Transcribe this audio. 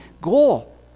goal